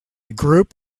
group